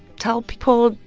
tell people,